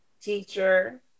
teacher